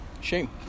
shame